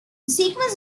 sequence